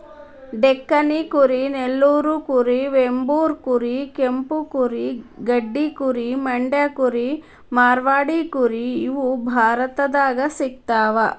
ಡೆಕ್ಕನಿ ಕುರಿ ನೆಲ್ಲೂರು ಕುರಿ ವೆಂಬೂರ್ ಕುರಿ ಕೆಂಪು ಕುರಿ ಗಡ್ಡಿ ಕುರಿ ಮಂಡ್ಯ ಕುರಿ ಮಾರ್ವಾಡಿ ಕುರಿ ಇವು ಭಾರತದಾಗ ಸಿಗ್ತಾವ